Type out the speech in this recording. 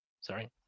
Sorry